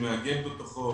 שמאגד בתוכו